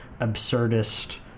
absurdist